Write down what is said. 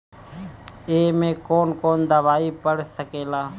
ए में कौन कौन दवाई पढ़ सके ला?